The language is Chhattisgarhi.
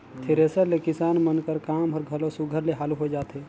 थेरेसर ले किसान मन कर काम हर घलो सुग्घर ले हालु होए जाथे